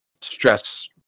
stress